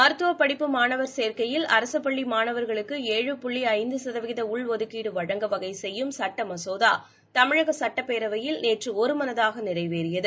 மருத்துவ படிப்பு மாணவர் சேர்க்கையில் அரசு பள்ளி மாணவர்களுக்கு ஏழு புள்ளி ஐந்து சதவீத உள்ஒதுக்கீடு வழங்க வகை செய்யும் சட்ட மசோதா தமிழக சட்டப்பேரவையில் நேற்று ஒருமனதாக நிறைவேறியது